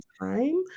time